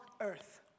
Earth